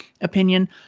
opinion